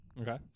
Okay